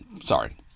sorry